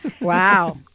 Wow